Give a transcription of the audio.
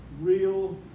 Real